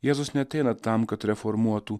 jėzus neateina tam kad reformuotų